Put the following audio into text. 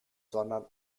sondern